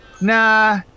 Nah